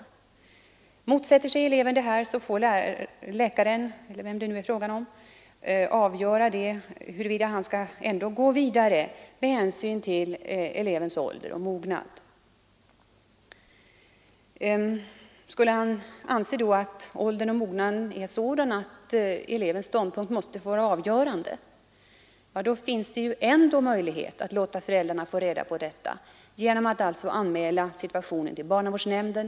Och motsätter sig eleven att föräldrarna underrättas, så får ändå läkaren eller vem det nu är fråga om avgöra huruvida han med hänsyn till elevens ålder och mognad skall gå vidare eller inte. Men om läkaren anser att elevens ålder och mognad är sådan att hans eller hennes mening måste vara avgörande, så finns det ändå en möjlighet att underrätta föräldrarna om förhållandet, nämligen genom att anmäla fallet för barnavårdsnämnden.